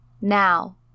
now